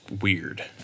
weird